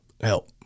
help